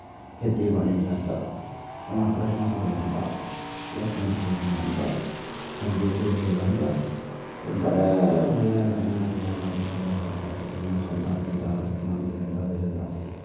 खेती बाड़ी करना टमाटर शमाटर लांदा लह्सन थोम लांदा सब्जी सुब्जी लांदा ते बड़े मजै कन्नै अपने कम्म शम्म करदा ते अपने खंदा पींदा नंद लैंदा ते जंदा सेई